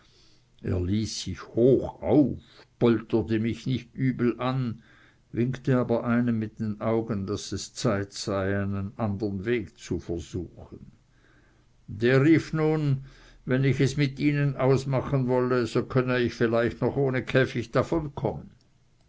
er ließ sich hoch auf und polterte mich nicht übel an winkte aber einem mit den augen daß es zeit sei einen andern weg zu versuchen der rief nun wenn ich es mit ihnen ausmachen wolle so könne ich vielleicht noch ohne käficht davon